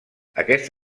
aquest